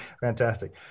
Fantastic